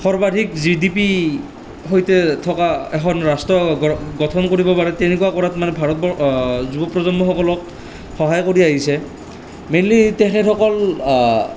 সৰ্বাধিক G D P সৈতে থকা এখন ৰাষ্ট্ৰ গঠন কৰিব পাৰে তেনেকুৱা কৰাত মানে ভাৰতবৰ্ষৰ যুৱ প্ৰজন্মসকলক সহায় কৰি আহিছে মেইনলি তেখেতসকল